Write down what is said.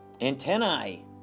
Antennae